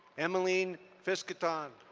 emiline fiskoton.